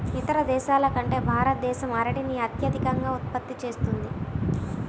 ఇతర దేశాల కంటే భారతదేశం అరటిని అత్యధికంగా ఉత్పత్తి చేస్తుంది